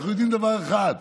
אנחנו יודעים דבר אחד: